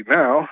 now